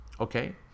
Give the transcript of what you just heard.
okay